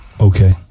Okay